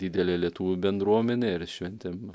didelė lietuvių bendruomenė ir šventėm